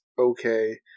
okay